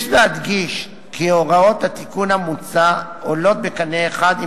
יש להדגיש כי הוראות התיקון המוצע עולות בקנה אחד עם